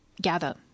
gather